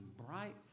bright